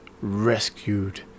rescued